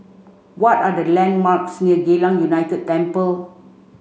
what are the landmarks near Geylang United Temple